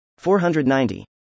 490